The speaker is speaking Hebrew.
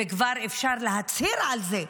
כבר אפשר להצהיר על זה,